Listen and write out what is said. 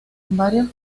varios